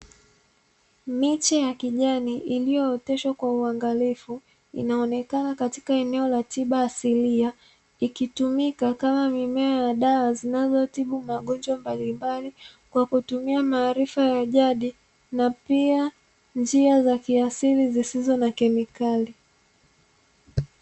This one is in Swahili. Miche ya kijani iliyooteshwa kwa uangalifu inaonekana katika eneo la tiba asilia. Ikitumika kama mimea ya dawa zinazotibu magonjwa mbalimbali kwa kutumia maarifa ya jadi, na pia njia za kiasili zisizo na kemikali.